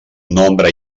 nombre